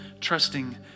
trusting